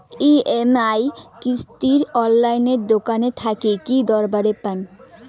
EMI কিস্তি টা অনলাইনে দোকান থাকি কি দিবার পাম?